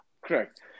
correct